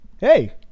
Hey